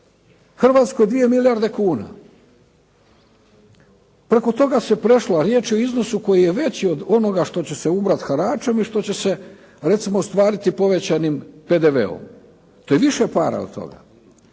Hrvatskoj 2 milijarde kuna. Preko toga se prešlo, a riječ je o iznosu koji je veći od onoga što će se ubrat haračem i što će se recimo ostvariti povećanim PDV-om. To je više para od toga.